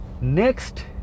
Next